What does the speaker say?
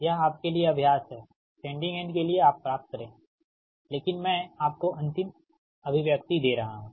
यह आपके लिए अभ्यास हैसेंडिंग एंड के लिए आप प्राप्त करे लेकिन मैं आपको अंतिम अभिव्यक्ति दे रहा हूं